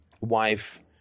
wife